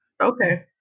Okay